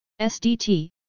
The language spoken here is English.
SDT